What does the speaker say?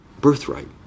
birthright